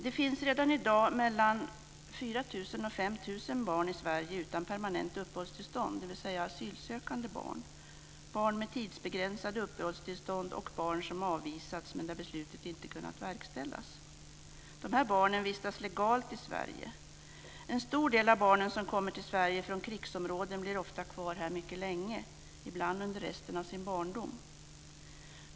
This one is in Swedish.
Det finns redan i dag 4 000-5 000 barn i Sverige utan permanent uppehållstillstånd, dvs. asylsökande barn, barn med tidsbegränsade uppehållstillstånd och barn som avvisats men där beslutet inte kunnat verkställas. Dessa barn vistas legalt i Sverige. En stor del av barnen som kommer till Sverige från krigsområden blir ofta kvar här mycket länge, ibland under resten av sin barndom.